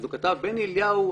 הוא כתב שבני אליהו,